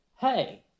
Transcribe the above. hey